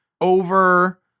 over